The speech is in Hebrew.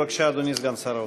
בבקשה, אדוני סגן שר האוצר.